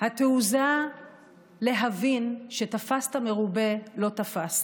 התעוזה להבין שתפסת מרובה, לא תפסת,